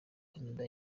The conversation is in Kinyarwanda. canada